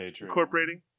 Incorporating